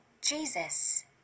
Jesus